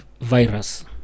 virus